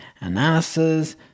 analysis